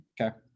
Okay